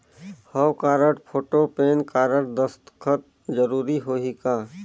हव card, photo, PAN card, दस्खत जरूरी होही का?